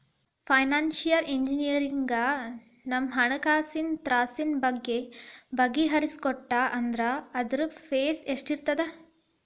Financial ಇಂಜಿನಿಯರಗ ನಮ್ಹಣ್ಕಾಸಿನ್ ತ್ರಾಸಿನ್ ಬಗ್ಗೆ ಬಗಿಹರಿಸಿಕೊಟ್ಟಾ ಅಂದ್ರ ಅದ್ರ್ದ್ ಫೇಸ್ ಎಷ್ಟಿರ್ತದ?